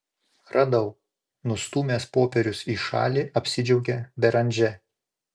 radau nustūmęs popierius į šalį apsidžiaugė beranžė